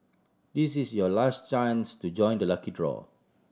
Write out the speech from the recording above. this is your last chance to join the lucky draw